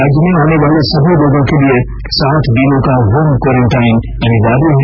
राज्य में आने वाले सभी लोगों के लिए सात दिनों का होम क्वारंटीन अनिवार्य है